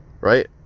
Right